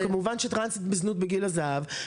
כמובן שטרנסית בזנות בגיל הזהב,